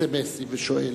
אס.אם.אסים ושואל